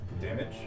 Damage